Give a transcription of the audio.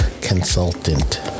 consultant